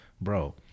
bro